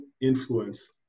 influence